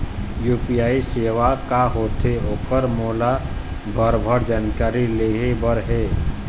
UPI सेवा का होथे ओकर मोला भरभर जानकारी लेहे बर हे?